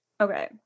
Okay